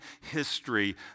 history